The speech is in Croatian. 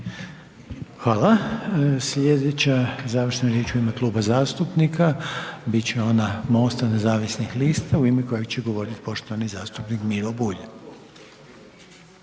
Hvala. Slijedeća završna riječ u ime Kluba zastupnika bit će ona MOST-a nezavisnih lista u ime koje će govoriti poštovani zastupnik Miro Bulj.